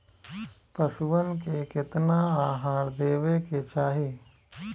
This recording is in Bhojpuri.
पशुअन के केतना आहार देवे के चाही?